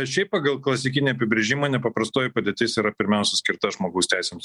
šiaip pagal klasikinį apibrėžimą nepaprastoji padėtis yra pirmiausia skirta žmogaus teisėms